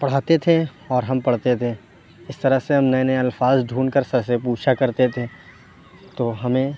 پڑھاتے تھے اور ہم پڑھتے تھے اِس طرح سے ہم نئے نئے الفاظ ڈھونڈ کر سر سے پوچھا کرتے تھے تو ہمیں